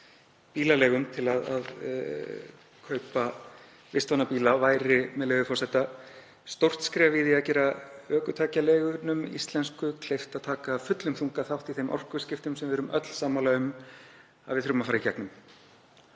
bílaleigum til að kaupa vistvæna bíla, væri stórt skref í því að gera ökutækjaleigunum íslensku kleift að taka af fullum þunga þátt í þeim orkuskiptum sem við værum öll sammála um að við þyrftum að fara í gegnum.